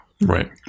Right